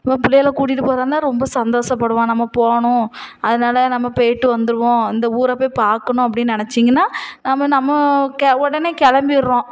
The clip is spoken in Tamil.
என் பிள்ளைவோல கூட்டிட்டு போகிறதா இருந்தால் ரொம்ப சந்தோஷப்படுவான் நம்ம போகணும் அதனால நம்ம போயிட்டு வந்துடுவோம் அந்த ஊரை போய் பார்க்கணும் அப்படின்னு நினைச்சீங்கன்னா நம்ம நமக்கு உடனே கிளம்பிட்றோம்